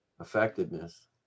effectiveness